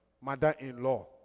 mother-in-law